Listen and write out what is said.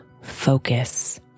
focus